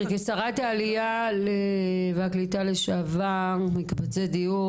כשרת העלייה והקליטה לשעבר קשה לי לדמיין את מקבצי הדיור